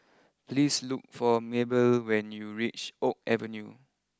please look for Maybelle when you reach Oak Avenue